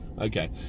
okay